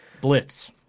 Blitz